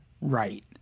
right